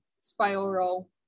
spiral